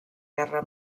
guerra